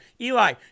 Eli